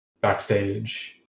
backstage